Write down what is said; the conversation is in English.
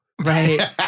Right